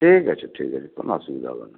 ঠিক আছে ঠিক আছে কোন অসুবিধা হবে না